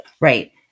Right